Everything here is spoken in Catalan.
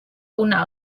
una